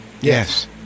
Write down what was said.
Yes